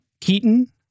Keaton